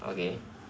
okay